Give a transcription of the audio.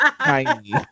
tiny